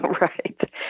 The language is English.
Right